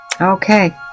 okay